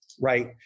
right